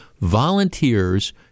volunteers